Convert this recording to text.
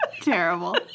Terrible